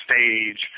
stage